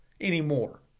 anymore